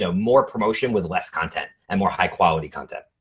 so more promotion with less content and more high-quality content.